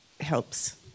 helps